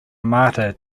martyr